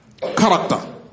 Character